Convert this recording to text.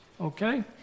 okay